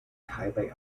台北